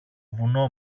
βουνό